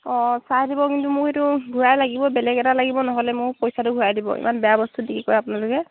অঁ চাই দিব কিন্তু মোৰ সেইটো ঘূৰাই লাগিবই বেলেগ এটা লাগিব নহ'লে মোৰ পইচাটো ঘূৰাই দিব ইমান বেয়া বস্তু দিয়ে আকৌ আপোনালোকে